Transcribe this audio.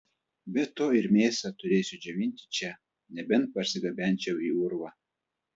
be to ir mėsą turėsiu džiovinti čia nebent parsigabenčiau į urvą